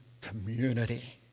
community